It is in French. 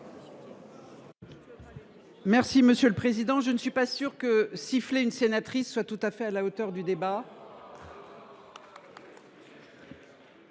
explication de vote. Je ne suis pas sûre que siffler une sénatrice soit tout à fait à la hauteur du débat.